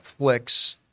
Netflix